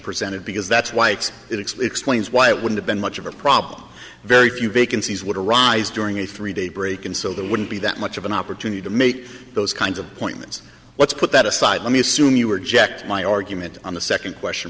presented because that's why it explains why it would have been much of a problem very few vacancies would arise during a three day break and so there wouldn't be that much of an opportunity to make those kinds of points what's put that aside i mean assume you were ject my argument on the second question